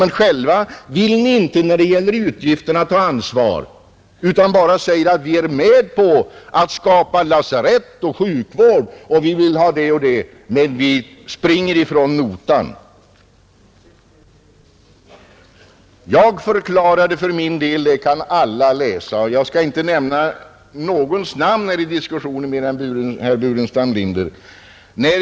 Men själva vill ni inte ta ansvar när det gäller utgifterna, utan ni säger bara att ni är med på att skapa lasarett och sjukvård, och ni vill ha det och det, men ni springer ifrån notan. Vad jag för min del förklarade när vi införde detta skattesystem kan alla läsa — jag skall inte nämna någons namn här i diskussionen mer än herr Burenstam Linders.